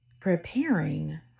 preparing